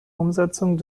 umsetzung